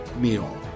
meal